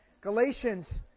Galatians